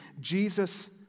Jesus